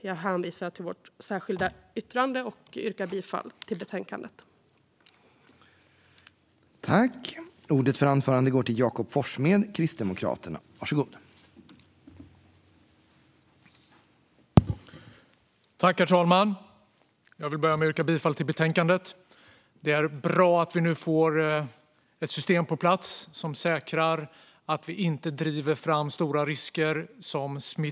Jag hänvisar till vårt särskilda yttrande och yrkar bifall till utskottets förslag i betänkandet.